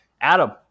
Adam